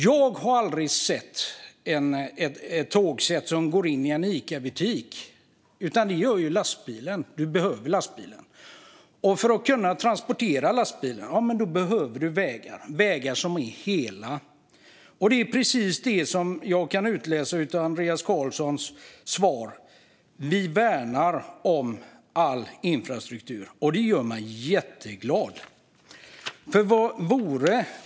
Jag har aldrig sett ett tågsätt som går in i en Icabutik, men det gör lastbilen. Den behövs. För att kunna transportera lastbilen behövs vägar, hela vägar. Det är precis vad jag kan utläsa från Andreas Carlsons svar, att vi värnar om all infrastruktur. Detta gör mig jätteglad.